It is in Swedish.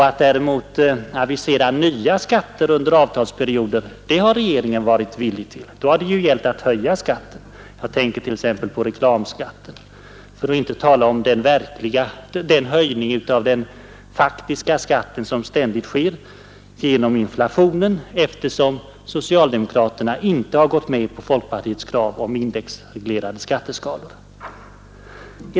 Att däremot avisera nya skatter under avtalsperioden har regeringen varit villig till — då det har gällt att höja skatten. Jag tänker på reklamskatten. För att inte tala om den höjning av den faktiska skatten som ständigt sker genom inflationen, eftersom socialdemokraterna inte har gått med på folkpartiets krav på indexreglerade skatteskalor. 2.